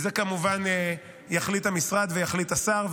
ואת זה כמובן יחליט המשרד ויחליט השר,